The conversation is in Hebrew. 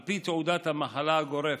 על פי תעודת המחלה הגורפת,